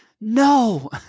no